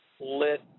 lit